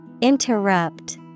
Interrupt